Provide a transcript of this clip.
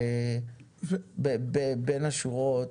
אבל בין השורות,